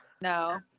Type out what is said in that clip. No